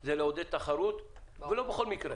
היא לעודד תחרות אבל לא בכל מקרה.